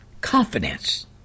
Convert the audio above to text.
confidence